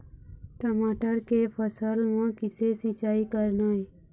टमाटर के फसल म किसे सिचाई करना ये?